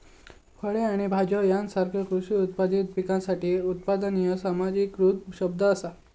फळे आणि भाज्यो यासारख्यो कृषी उत्पादित पिकासाठी उत्पादन ह्या सामान्यीकृत शब्द असा